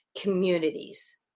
communities